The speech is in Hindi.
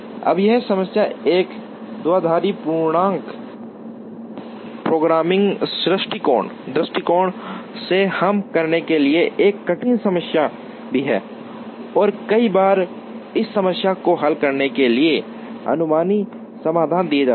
अब यह समस्या एक द्विआधारी पूर्णांक प्रोग्रामिंग दृष्टिकोण से हल करने के लिए एक कठिन समस्या भी है और कई बार इस समस्या को हल करने के लिए अनुमानी समाधान दिए जाते हैं